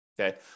Okay